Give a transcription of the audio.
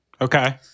Okay